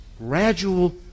gradual